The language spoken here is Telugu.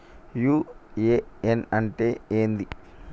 యు.ఎ.ఎన్ అంటే ఏంది?